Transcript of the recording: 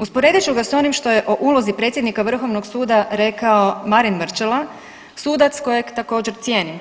Usporedit ću ga s onim što je o ulozi predsjednika Vrhovnog suda rekao Marin Mrčela, sudac kojeg također cijenim,